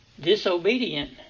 disobedient